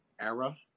era